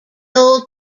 old